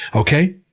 okay?